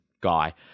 guy